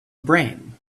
brain